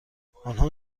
آنها